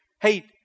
Hey